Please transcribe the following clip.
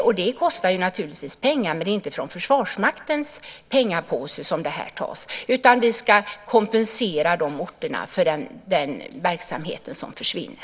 Det kostar naturligtvis pengar, men det är inte från Försvarsmaktens pengapåse som det här tas. Vi ska kompensera de orterna för den verksamhet som försvinner.